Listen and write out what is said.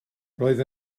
roedd